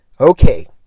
Okay